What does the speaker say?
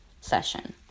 session